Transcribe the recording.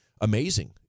amazing